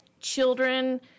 children